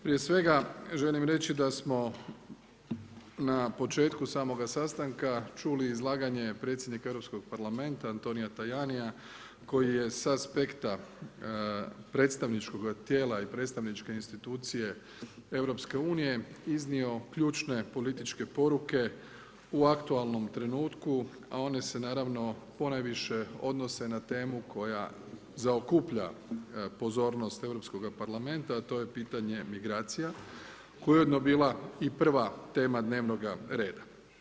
Prije svega želim reći da smo na početku samoga sastanka čuli izlaganje predsjednika Europskog parlamenta Antonija Tajania koji je sa aspekta predstavničkoga tijela i predstavničke institucije EU iznio ključne političke poruke u aktualnom trenutku, a one se naravno ponajviše odnose na temu koja zaokuplja pozornost Europskoga parlamenta, a to je pitanje migracija koja je ujedno bila i prva tema dnevnoga reda.